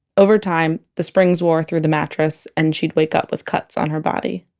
over time, the springs wore through the mattress and she'd wake up with cuts on her body